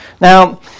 Now